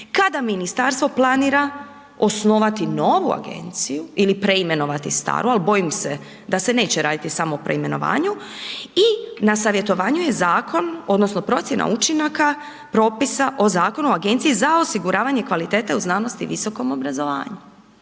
kada ministarstvo planira osnovati novu agenciju ili preimenovati staru ali bojim se da se neće raditi samo o preimenovanju i na savjetovanju je zakon odnosno procjena učinaka propisa o zakonu agencije za osiguravanje kvalitete u znanosti i visokom obrazovanju